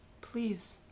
Please